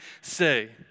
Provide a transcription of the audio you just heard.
say